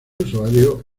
usuario